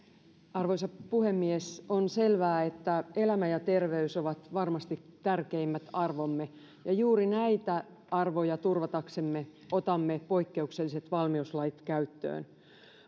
arvoisa puhemies on selvää että elämä ja terveys ovat varmasti tärkeimmät arvomme ja juuri näitä arvoja turvataksemme otamme poikkeukselliset valmiuslait käyttöön